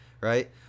right